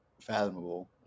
fathomable